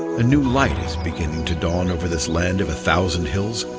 a new light is beginning to dawn over this land of a thousand hills.